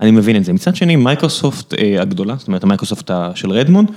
אני מבין את זה. מצד שני, מיקרוסופט הגדולה, זאת אומרת המיקרוסופט של רדמונד.